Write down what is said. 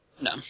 No